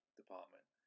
department